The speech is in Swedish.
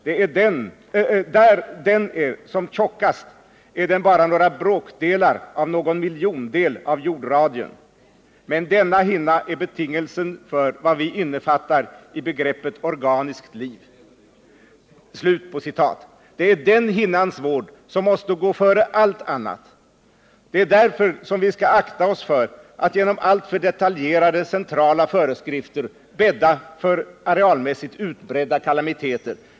Där den är som tjockast är den bara några bråkdelar av någon miljondel av jordradien. Men denna hinna är betingelsen för vad vi innefattar i begreppet organiskt liv Det är den hinnans vård som måste gå före allt annat. Det är därför som vi skall akta oss för att genom alltför detaljerade centrala föreskrifter bädda för arealmässigt utbredda kalamiteter.